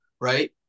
right